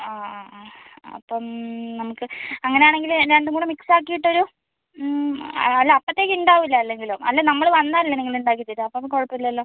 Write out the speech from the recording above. ആ ആ ആ അപ്പം നമുക്ക് അങ്ങനാണെങ്കില് രണ്ടും കൂടെ മിക്സ് ആക്കീട്ടൊരു അല്ല അപ്പഴത്തേക്കിണ്ടാവില്ല അല്ലേ അല്ലെങ്കിലും അല്ലേ നമ്മള് വന്നാലല്ലേ നിങ്ങളുണ്ടാക്കി തരിക അപ്പം കുഴപ്പം ഇല്ലല്ലോ